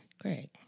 Greg